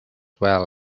well